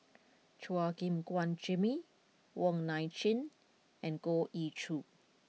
Chua Gim Guan Jimmy Wong Nai Chin and Goh Ee Choo